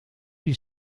die